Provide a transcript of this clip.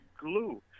glue